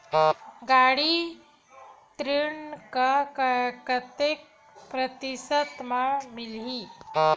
गाड़ी ऋण ह कतेक प्रतिशत म मिलही?